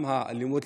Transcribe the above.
האלימות,